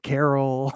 Carol